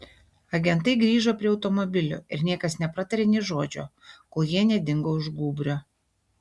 agentai grįžo prie automobilių ir niekas nepratarė nė žodžio kol jie nedingo už gūbrio